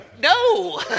No